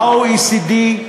ה-OECD,